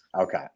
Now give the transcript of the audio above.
Okay